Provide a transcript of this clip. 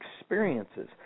experiences